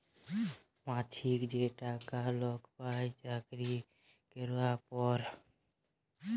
মাছিক যে টাকা লক পায় চাকরি ক্যরার পর